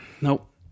Nope